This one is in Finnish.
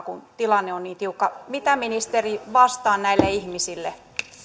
kun tilanne on niin tiukka mitä ministeri vastaan näille ihmisille